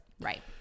right